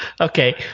okay